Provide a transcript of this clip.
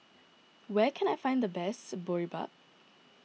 where can I find the best Boribap